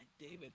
David